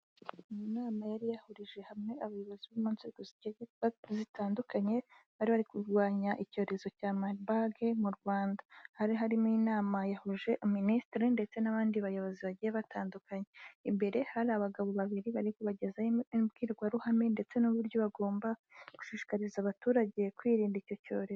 Ni inama yari yahurije hamwe abayobozi mu nzego zigiye zitandukanye, bari kurwanya icyorezo cya marbug mu Rwanda. Hari harimo inama yahuje minisitiri ndetse n'abandi bayobozi bagiye batandukanye. Imbere hari abagabo babiri bari kubagezaho imbwirwaruhame, ndetse n'uburyo bagomba gushishikariza abaturage kwirinda icyo cyorezo.